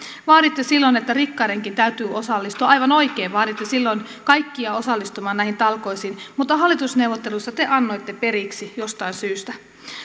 vaaditte silloin että rikkaidenkin täytyy osallistua aivan oikein vaaditte silloin kaikkia osallistumaan näihin talkoisiin mutta hallitusneuvotteluissa te annoitte periksi jostain syystä